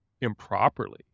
improperly